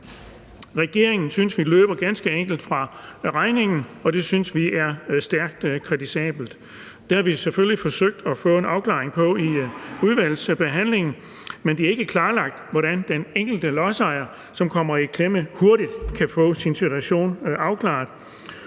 Regeringen løber ganske enkelt fra regningen, og det synes vi er stærkt kritisabelt. Det har vi selvfølgelig forsøgt at få en afklaring på i udvalgsbehandlingen, men det er ikke klarlagt, hvordan den enkelte lodsejer, som kommer i klemme, hurtigt kan få sin situation afklaret.